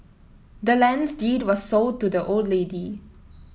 the land's deed was sold to the old lady